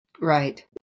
Right